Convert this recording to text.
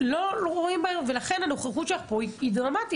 לא רואים -- הנוכחות שלך פה היא דרמטית,